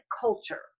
culture